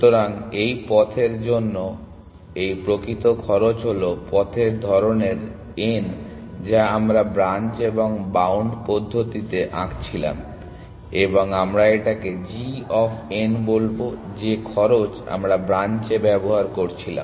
সুতরাং এই পথের জন্য এই প্রকৃত খরচ হল পথের ধরনের n যা আমরা ব্রাঞ্চ এবং বাউন্ড পদ্ধতিতে আঁকছিলাম এবং আমরা এটাকে g অফ n বলবো যে খরচ আমরা ব্রাঞ্চএ ব্যবহার করছিলাম